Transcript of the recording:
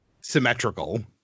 symmetrical